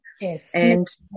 Yes